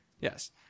Yes